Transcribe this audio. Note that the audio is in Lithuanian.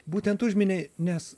būtent užminei nes